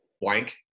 blank